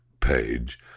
page